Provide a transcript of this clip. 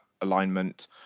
alignment